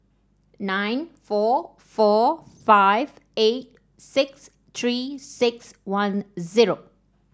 nine four four five eight six Three six one zero